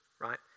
right